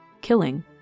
Killing